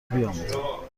بیاموزند